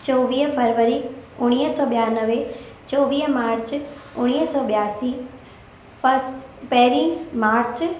चोवीहा फरवरी उणिवीह सौ ॿियानवे चोवीह मार्च उणिवीह सौ ॿियासी फ़स्ट पहिरीं मार्च